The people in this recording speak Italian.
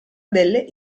delle